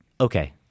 Okay